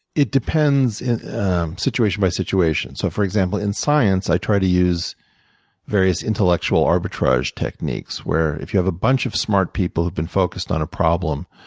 it depends situation by situation. so for example, in science, i try to use various intellectual arbitrage techniques, where if you have a bunch of smart people who have been focused on a problem,